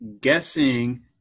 guessing